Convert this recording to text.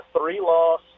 three-loss